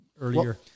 earlier